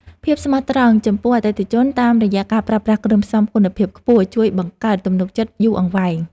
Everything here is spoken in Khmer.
ភាពស្មោះត្រង់ចំពោះអតិថិជនតាមរយៈការប្រើប្រាស់គ្រឿងផ្សំគុណភាពខ្ពស់ជួយបង្កើតទំនុកចិត្តយូរអង្វែង។